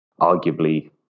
arguably